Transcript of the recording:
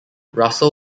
russell